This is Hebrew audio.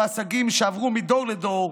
ועסקים שעברו מדור לדור,